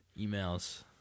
emails